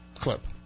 clip